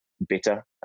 better